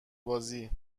بازی